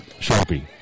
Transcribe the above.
Sharpie